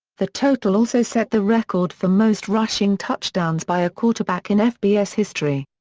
the total also set the record for most rushing touchdowns by a quarterback in fbs history.